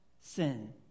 sin